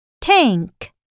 Tank